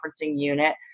unit